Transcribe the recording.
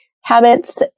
habits